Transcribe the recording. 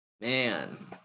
Man